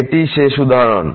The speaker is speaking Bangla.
এটিই শেষ উদাহরণ